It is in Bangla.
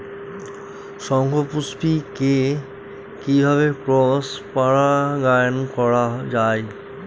শঙ্খপুষ্পী কে কিভাবে ক্রস পরাগায়ন করা যায়?